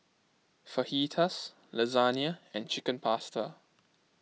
Fajitas Lasagna and Chicken Pasta